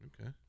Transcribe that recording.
Okay